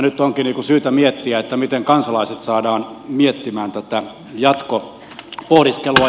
nyt onkin syytä miettiä miten kansalaiset saadaan miettimään tätä jatkopohdiskelua